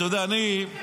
אתה יודע, אני,